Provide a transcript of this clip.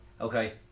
Okay